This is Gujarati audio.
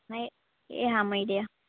નઇ એ હા મેડયા